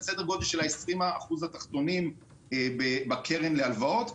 בערך 20% התחתונים במאגר הנתונים.